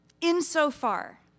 insofar